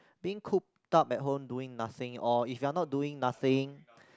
being cooped up at home doing nothing or if you are not doing nothing